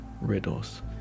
riddles